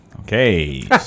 Okay